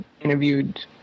interviewed